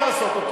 הכנסת מוזס.